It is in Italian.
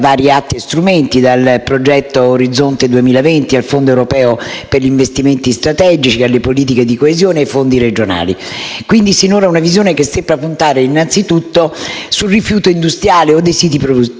vari atti e strumenti, dal progetto Orizzonte 2020, al Fondo europeo per gli investimenti strategici, alle politiche di coesione, ai fondi regionali. Quindi prevale sinora una visione che sembra puntare innanzitutto sul rifiuto industriale o dei siti produttivi,